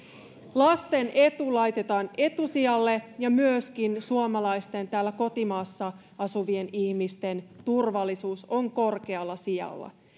lasten etu laitetaan etusijalle ja myöskin suomalaisten täällä kotimaassa asuvien ihmisten turvallisuus on korkealla sijalla